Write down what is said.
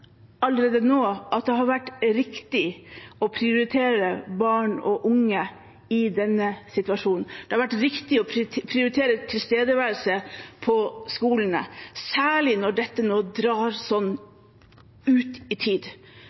at det har vært riktig å prioritere barn og unge i denne situasjonen. Det har vært riktig å prioritere tilstedeværelse på skolene, særlig når dette nå drar sånn ut i tid.